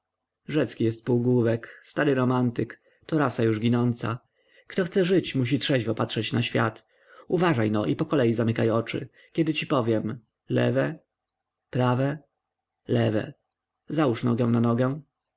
rzecki jest półgłówek stary romantyk to rasa już ginąca kto chce żyć musi trzeźwo patrzeć na świat uważajno i pokolei zamykaj oczy kiedy ci powiem lewe prawe prawe załóż nogę na nogę